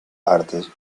artes